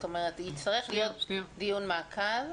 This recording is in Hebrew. יצטרך להיות דיון מעקב.